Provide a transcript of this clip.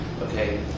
okay